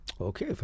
Okay